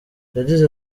yagize